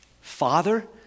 Father